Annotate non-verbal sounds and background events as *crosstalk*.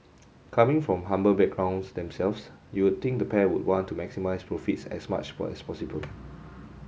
*noise* coming from humble backgrounds themselves you'd think the pair would want to maximise profits as much as possible